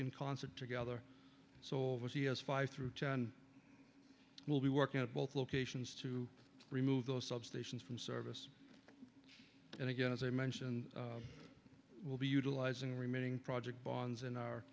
in concert together so he has five through john will be working at both locations to remove those substations from service and again as i mentioned will be utilizing remaining project bonds